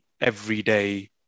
everyday